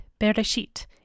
Bereshit